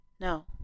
No